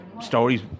stories